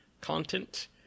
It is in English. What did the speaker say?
content